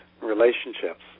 relationships